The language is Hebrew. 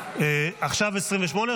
עכשיו הסתייגות 28,